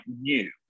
new